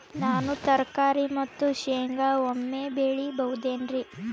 ನಾನು ತರಕಾರಿ ಮತ್ತು ಶೇಂಗಾ ಒಮ್ಮೆ ಬೆಳಿ ಬಹುದೆನರಿ?